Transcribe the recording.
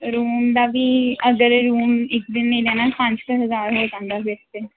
room ਦਾ ਵੀ ਅਗਰ ਰੂਮ ਇਕ ਦਿਨ ਲਈ ਰਹਿਣਾ ਪੰਜ ਕੁ ਹਜ਼ਾਰ ਹੋ ਜਾਂਦਾ